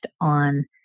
on